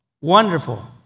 wonderful